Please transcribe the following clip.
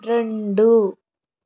రెండు